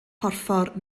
porffor